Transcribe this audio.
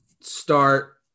start